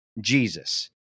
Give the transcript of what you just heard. Jesus